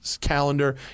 calendar